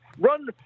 Run